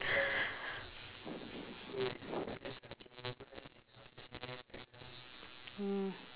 mm